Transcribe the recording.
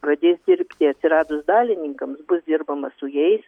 pradės dirbti atsiradus dalininkams bus dirbama su jais